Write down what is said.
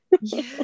Yes